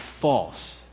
false